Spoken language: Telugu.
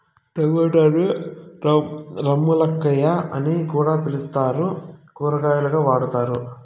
టమోటాను రామ్ములక్కాయ అని కూడా పిలుత్తారు, కూరగాయగా వాడతారు